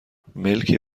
ملکی